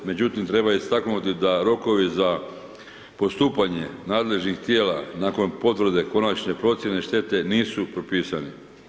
Međutim, treba istaknuti da rokovi za postupanje nadležnih tijela nakon potvrde konačne procijene štete, nisu propisani.